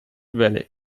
valley